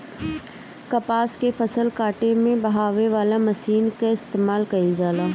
कपास के फसल काटे में बहावे वाला मशीन कअ इस्तेमाल कइल जाला